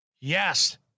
Yes